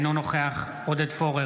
אינו נוכח עודד פורר,